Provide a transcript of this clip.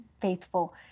faithful